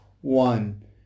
one